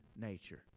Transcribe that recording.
nature